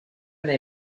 they